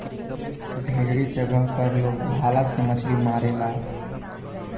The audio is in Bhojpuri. ढेरे जगह पर लोग भाला से मछली मारेला